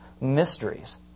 mysteries